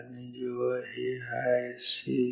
आणि जेव्हा हे हाय असेल